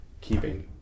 Keeping